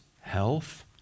health